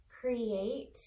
create